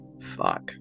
fuck